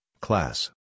class